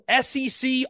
SEC